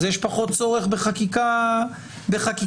אז יש פחות צורך בחקיקה מתערבת.